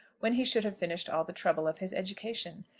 when he should have finished all the trouble of his education.